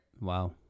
Wow